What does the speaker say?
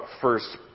first